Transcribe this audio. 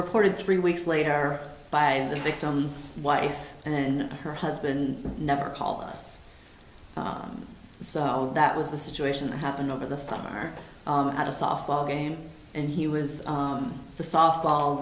reported three weeks later by the victim's wife and then her husband never called us so that was the situation that happened over the summer at a softball game and he was the softball